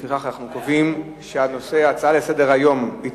לפיכך אנחנו קובעים שהנושא: ההתנהלות